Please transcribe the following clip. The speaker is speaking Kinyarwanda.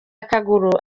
akaguru